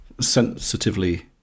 sensitively